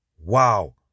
wow